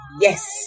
yes